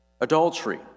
adultery